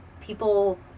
people